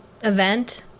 event